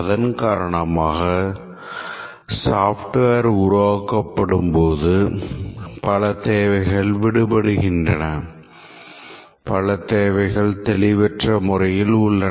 அதன் காரணமாக software உருவாக்கப்படும்போது பல தேவைகள் விடுபடுகின்றன பல தேவைகள் தெளிவற்ற முறையில் உள்ளன